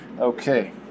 Okay